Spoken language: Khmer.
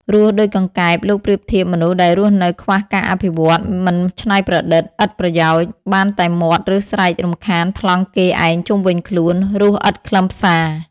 រស់ដូចកង្កែប លោកប្រៀបធៀបមនុស្សដែលរស់នៅខ្វះការអភិវឌ្ឍ មិនច្នៃប្រឌិត ឥតប្រយោជន៍ បានតែមាត់ឬស្រែករំខានថ្លង់គេឯងជុំវិញខ្លួន រស់ឥតខ្លឹមសារ។